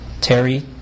Terry